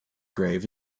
grave